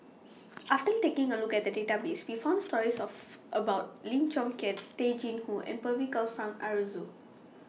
after taking A Look At The Database We found stories of about Lim Chong Keat Tay Chin Joo and Percival Frank Aroozoo